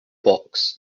box